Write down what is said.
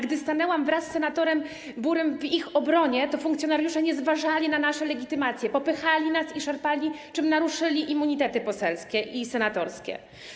Gdy stanęłam wraz z senatorem Burym w ich obronie, funkcjonariusze nie zważali na nasze legitymacje, popychali nas i szarpali, czym naruszyli immunitety poselski i senatorski.